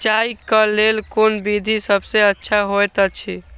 सिंचाई क लेल कोन विधि सबसँ अच्छा होयत अछि?